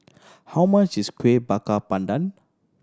how much is Kuih Bakar Pandan